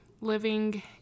living